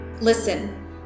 Listen